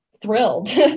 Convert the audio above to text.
thrilled